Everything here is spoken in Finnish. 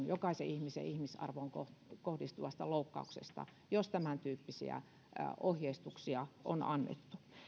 jokaisen ihmisen ihmisarvoon kohdistuvasta loukkauksesta jos tämäntyyppisiä ohjeistuksia on annettu